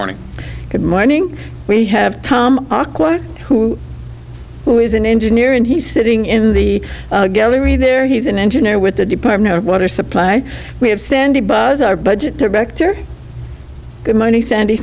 good morning we have tom aqua who who is an engineer and he's sitting in the gallery there he's an engineer with the department of water supply we have sandy buzz our budget director good morning sandy